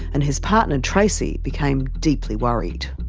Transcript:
and his partner tracey became deeply worried.